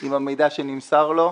עם המידע שנמסר לו,